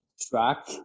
track